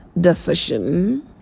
decision